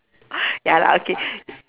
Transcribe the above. ya lah okay